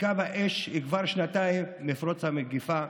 בקו האש כבר שנתיים מפרוץ המגפה.